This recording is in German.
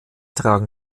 tragen